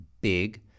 big